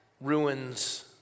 ruins